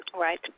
Right